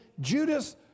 Judas